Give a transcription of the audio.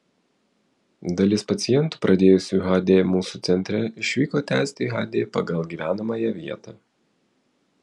dalis pacientų pradėjusių hd mūsų centre išvyko tęsti hd pagal gyvenamąją vietą